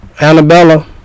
Annabella